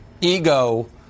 ego